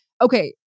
Okay